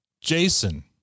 Jason